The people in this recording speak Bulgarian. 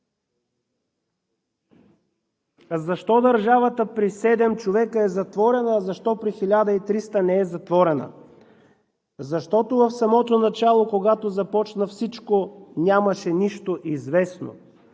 Защо държавата при седем човека е затворена, защо при 1300 не е затворена? Защото в самото начало, когато започна всичко, нямаше нищо известно.